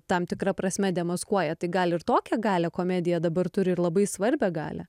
tam tikra prasme demaskuoja tai gal ir tokią galią komedija dabar turi ir labai svarbią galią